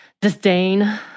disdain